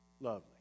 lovely